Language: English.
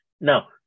Now